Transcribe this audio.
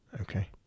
Okay